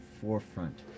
forefront